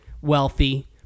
wealthy